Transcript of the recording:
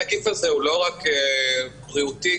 זה לא רק עניין בריאותי,